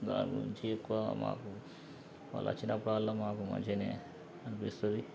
దానికి మించి ఎక్కువ మాకు వాళ్ళు వచ్చినప్పుడల్లా మాకు మంచిగానే అనిపిస్తుంది